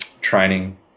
training